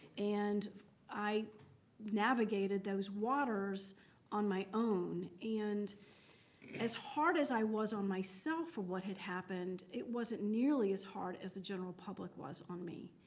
and i navigated those waters on my own. and as hard as i was on myself for what had happened, it wasn't nearly as hard as the general public was on me.